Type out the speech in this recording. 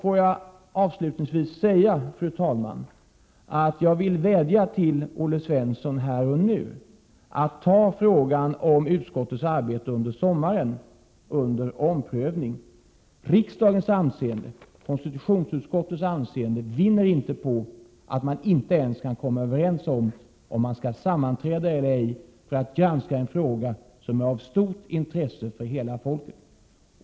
Får jag avslutningsvis, fru talman, säga att jag vill vädja till Olle Svensson här och nu att ta frågan om utskottets arbete under sommaren till omprövning. Riksdagens och konstitutionsutskottets anseende vinner inte på att man inte ens kan komma överens om huruvida utskottet skall sammanträda eller ej för att granska en fråga som är av stort intresse för hela folket.